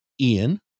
Ian